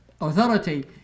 authority